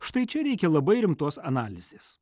štai čia reikia labai rimtos analizės